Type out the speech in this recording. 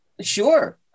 Sure